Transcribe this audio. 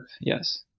yes